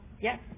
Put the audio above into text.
Yes